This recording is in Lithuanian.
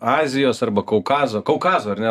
azijos arba kaukazo kaukazo ar ne